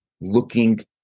looking